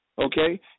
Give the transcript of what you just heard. okay